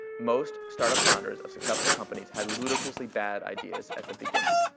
most startup founders of successful companies had ludicrously bad ideas at the beginning.